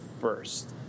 first